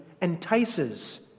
entices